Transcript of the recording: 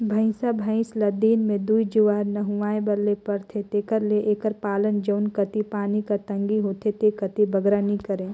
भंइसा भंइस ल दिन में दूई जुवार नहुवाए ले परथे तेकर ले एकर पालन जउन कती पानी कर तंगी होथे ते कती बगरा नी करें